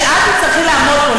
כשאת תצטרכי לעמוד פה,